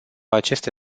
aceste